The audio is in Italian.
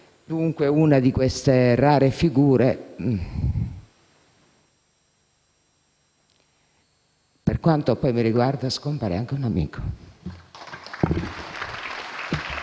dunque una di queste rare figure e, per quanto mi riguarda, scompare anche un amico.